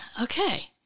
okay